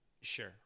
Sure